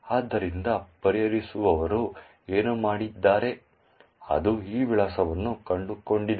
ಆದ್ದರಿಂದ ಪರಿಹರಿಸುವವರು ಏನು ಮಾಡಿದ್ದಾರೆ ಅದು ಈ ವಿಳಾಸವನ್ನು ಕಂಡುಕೊಂಡಿದೆ